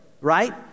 right